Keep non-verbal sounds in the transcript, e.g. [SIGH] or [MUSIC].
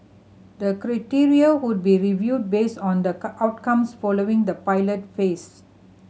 the criteria would be reviewed based on the [UNINTELLIGIBLE] outcomes following the pilot phase